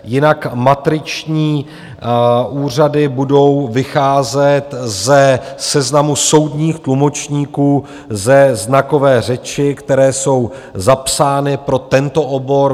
Jinak matriční úřady budou vycházet ze seznamu soudních tlumočníků ze znakové řeči, které jsou zapsány pro tento obor.